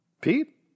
Pete